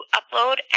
upload